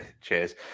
Cheers